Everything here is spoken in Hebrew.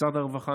משרד הרווחה,